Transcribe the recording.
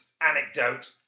anecdote